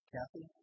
Kathy